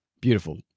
beautiful